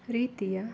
ರೀತಿಯ